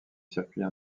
circuits